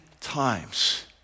times